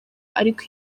ariko